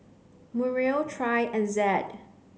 Muriel Trey and Zed